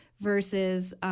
versus